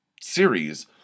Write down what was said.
series